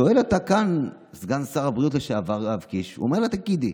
שואל אותה כאן סגן שר הבריאות לשעבר יואב קיש ואומר לה: תגידי,